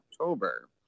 October